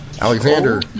Alexander